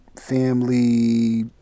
family